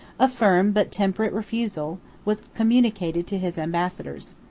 a firm, but temperate, refusal was communicated to his ambassadors.